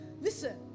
Listen